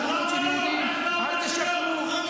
גם בצד ההכנסה וגם בצד ההוצאה,